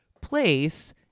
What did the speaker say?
place